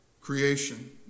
creation